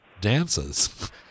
dances